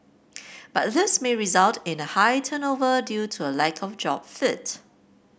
but this may result in a high turnover due to a lack of job fit